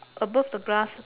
above the grass